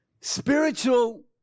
spiritual